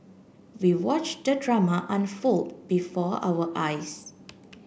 we watch the drama unfold before our eyes